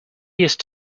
used